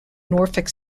norfolk